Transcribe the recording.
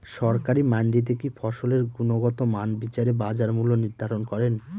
সরকারি মান্ডিতে কি ফসলের গুনগতমান বিচারে বাজার মূল্য নির্ধারণ করেন?